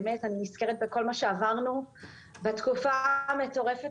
אני נזכרת בכל מה שעברנו בתקופה מטורפת